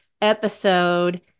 episode